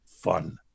fun